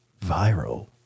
viral